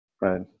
right